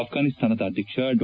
ಅಪ್ಪಾನಿಸ್ತಾನದ ಅಧ್ಯಕ್ಷ ಡಾ